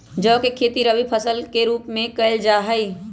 जौ के खेती रवि फसल के रूप में कइल जा हई